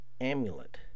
amulet